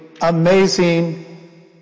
amazing